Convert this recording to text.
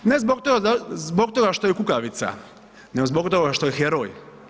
Ne zbog toga što je kukavica, nego zbog toga što je heroj.